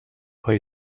های